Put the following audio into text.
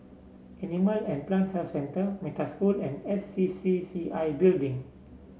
Animal and Plant Health Centre Metta School and S C C C I Building